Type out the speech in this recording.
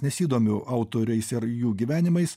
nesidomiu autoriais ir jų gyvenimais